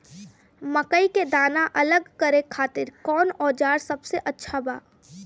मकई के दाना अलग करे खातिर कौन औज़ार सबसे अच्छा बा?